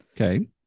Okay